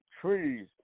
trees